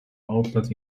outlet